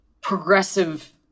progressive